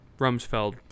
Rumsfeld